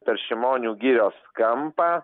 per šimonių girios kampą